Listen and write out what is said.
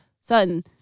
certain